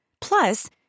Plus